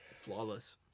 Flawless